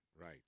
Right